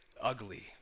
ugly